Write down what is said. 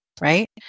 right